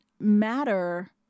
matter